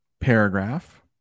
paragraph